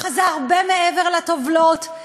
זה הרבה מעבר לטובלות,